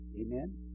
Amen